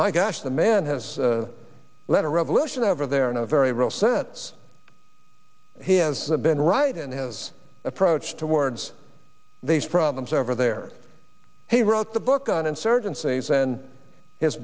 my gosh the man has led a revolution over there in a very real sense he has the been right in his approach towards these problems over there he wrote the book on insurgencies and his